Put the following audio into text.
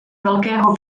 velkého